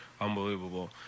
unbelievable